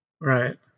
Right